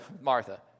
Martha